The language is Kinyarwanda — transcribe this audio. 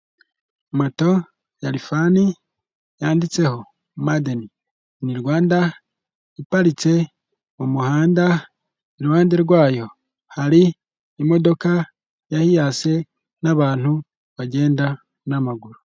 Moto ya rifani yanditseho madeni Rwanda iparitse mu muhanda, iruhande rwayo hari imodoka ya hiyase n'abantu bagenda n'amaguru.